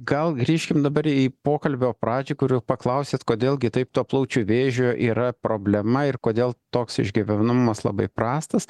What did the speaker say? gal grįžkim dabar į pokalbio pradžią kur paklausėt kodėl gi taip to plaučių vėžio yra problema ir kodėl toks išgyvenamumas labai prastas